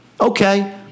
Okay